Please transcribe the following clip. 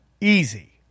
Easy